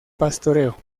pastoreo